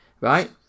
right